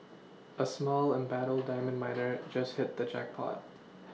a small embattled diamond miner just hit the jackpot